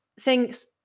thinks